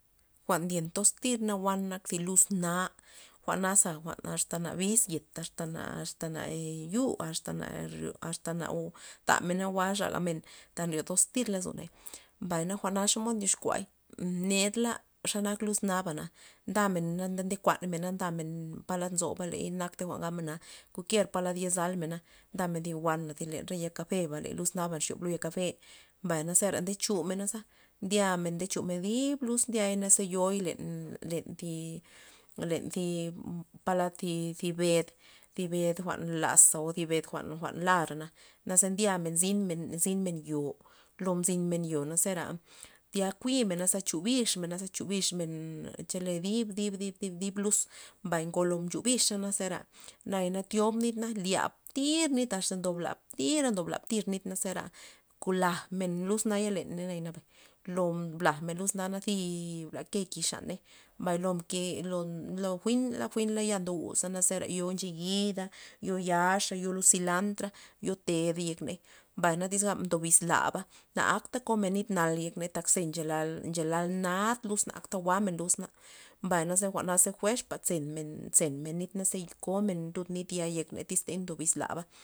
Jwa'n ndyen toz tirna jwa'n zi luz na' jwa'na asta na dib yet asta na asta na yu asta rio asta na tadmena jwa'xa re men tak nryo toztir lozoney. mbay jwa'na xomod ndyoxkua nerla xe nak luz nabana ndamena na nde kuanmena ndamen palad nzoba na aktey ley gabna mena kuakier po yo zamena nday thi wana thy len thy yal kafeba le luz naba nxyob yek ya' kafe mbay na zera nde chumenaza ndyamen ndechumen dib luz za tamod ze yo'i len- len thi palad len thy bed thi bed jwa'n laza thi bed jwa'n. jwa'n narana naze ndyamen ze zynmen- zynmen yo lo mzin men yo zera tya kuymena chu bixmena ze chubixmena dib- dib dib luz mbay ngolo mchu bixa zera naya na tyob nit lyab tir nit asta ndob lab nit zera lajmen luz naya leney nabay o mblaj men luxna thiba ke kii' xaney mbay lo mke lo jwi'n ndoguza zera yo ncheyida' yo yaxa' yo lud silantra'yo ted yek ney mbay ma iz gabna ndob lizlaba na akta komen nit nal yekney ze nche- ze nchelal nad luz na akta jwa'men luz mbay jwa'na ze fuerz pa zenmen zenment nit zekomen lud nit ya yek tyz mbiz laba